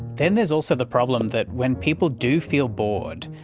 then there's also the problem that, when people do feel bored,